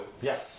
Yes